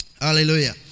Hallelujah